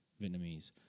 Vietnamese